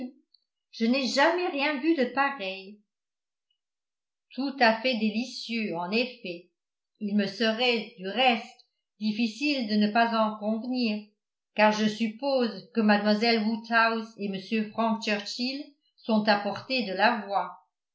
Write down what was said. je n'ai jamais rien vu de pareil tout à fait délicieux en effet il me serait du reste difficile de ne pas en convenir car je suppose que mlle woodhouse et m frank churchill sont à portée de la voix